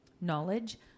Knowledge